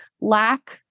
lack